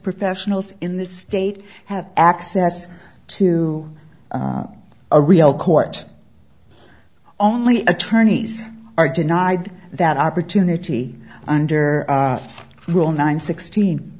professionals in the state have access to a real court only attorneys are denied that opportunity under rule nine sixteen